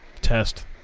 test